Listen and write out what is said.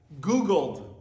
Googled